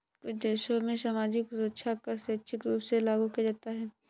कुछ देशों में सामाजिक सुरक्षा कर स्वैच्छिक रूप से लागू किया जाता है